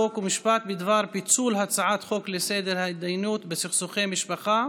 חוק ומשפט בדבר פיצול הצעת חוק להסדר התדיינויות בסכסוכי משפחה